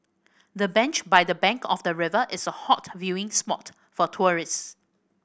the bench by the bank of the river is a hot viewing spot for tourists